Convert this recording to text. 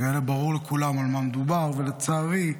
ברור לכולם על מה מדובר, ולצערי,